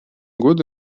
годы